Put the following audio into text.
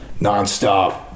nonstop